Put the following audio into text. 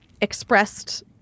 expressed